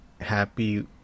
happy